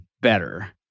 better